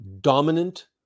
dominant